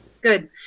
Good